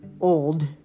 old